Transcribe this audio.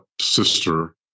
sister